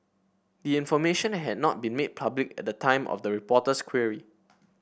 the information had not been made public at the time of the reporter's query